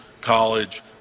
college